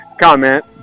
comment